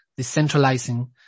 decentralizing